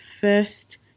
first